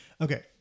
Okay